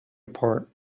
apart